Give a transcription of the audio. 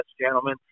gentlemen